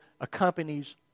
accompanies